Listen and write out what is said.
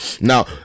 Now